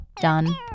DONE